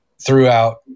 throughout